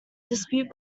dispute